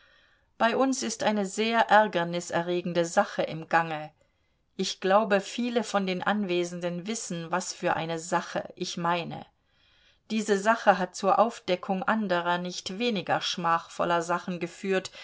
bei uns ist eine sehr ärgerniserregende sache im gange ich glaube viele von den anwesenden wissen was für eine sache ich meine diese sache hat zur aufdeckung anderer nicht weniger schmachvoller sachen geführt